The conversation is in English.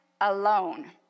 alone